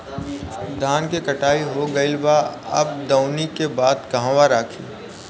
धान के कटाई हो गइल बा अब दवनि के बाद कहवा रखी?